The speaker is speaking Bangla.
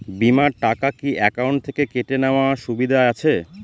বিমার টাকা কি অ্যাকাউন্ট থেকে কেটে নেওয়ার সুবিধা আছে?